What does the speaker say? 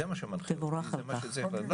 זה מה שמנחה, זה מה שזה, הם לא עושים טובה.